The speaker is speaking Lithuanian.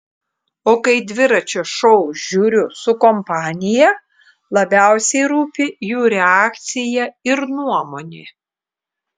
o kai dviračio šou žiūriu su kompanija labiausiai rūpi jų reakcija ir nuomonė